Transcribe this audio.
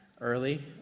early